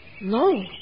No